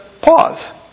Pause